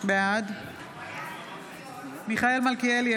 בעד מיכאל מלכיאלי,